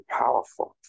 powerful